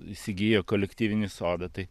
įsigijo kolektyvinį sodą tai